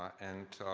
and